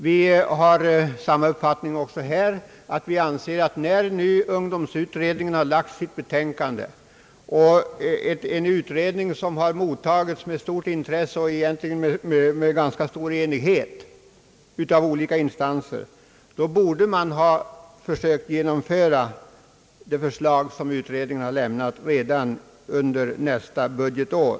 Vi har samma uppfattning också här. När nu ungdomsutredningen har framlagt sitt betänkande och detta har mottagits med stort intresse och mött stor enighet från olika instanser, anser vi att man borde ha försökt genomföra utredningens förslag redan under nästa budgetår.